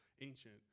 ancient